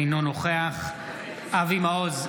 אינו נוכח אבי מעוז,